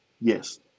Yes